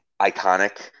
iconic